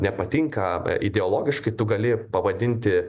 nepatinka ideologiškai tu gali pavadinti